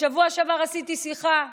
בשבוע שעבר שוחחתי עם